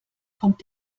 kommt